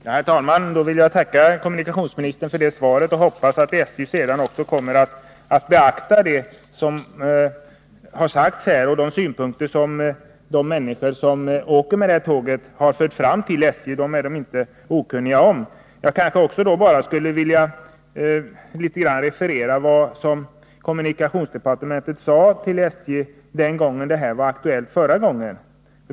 Herr talman! Jag vill tacka kommunikationsministern för det kompletterande svaret. Jag hoppas att SJ sedan också kommer att beakta det som har sagts här. De synpunkter som de människor som åker med detta tåg har fört fram till SJ är man på SJ inte okunnig om. Jag skulle bara vilja kort referera vad kommunikationsdepartementet sade till SJ förra gången frågan var aktuell.